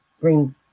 bring